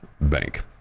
bank